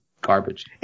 garbage